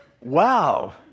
wow